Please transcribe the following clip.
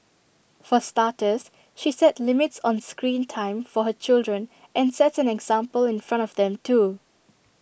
for starters she set limits on screen time for her children and sets an example in front of them too